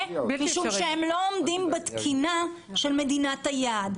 משום שהם לא עומדים בתקינה של מדינת היעד.